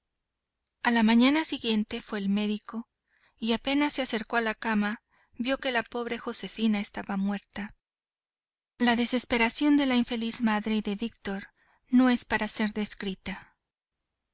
a la mañana siguiente fue el médico y apenas se acercó a la cama vio que la pobre josefina estaba muerta la desesperación de la infeliz madre y de víctor no es para descrita